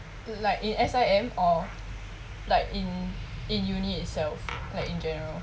like in S_I_M or like in in uni itself like in general